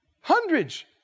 Hundreds